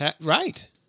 Right